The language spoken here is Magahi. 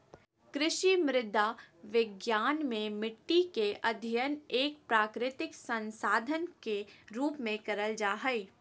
कृषि मृदा विज्ञान मे मट्टी के अध्ययन एक प्राकृतिक संसाधन के रुप में करल जा हई